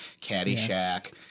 Caddyshack